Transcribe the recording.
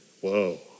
Whoa